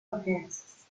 appearances